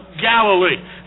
Galilee